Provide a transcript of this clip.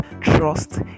trust